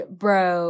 bro